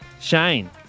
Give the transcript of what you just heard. Shane